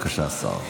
בבקשה, השר.